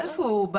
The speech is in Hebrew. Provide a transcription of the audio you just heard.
איפה הוא?